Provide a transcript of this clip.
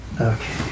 Okay